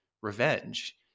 revenge